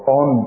on